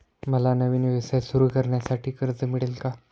मला नवीन व्यवसाय सुरू करण्यासाठी कर्ज मिळेल का?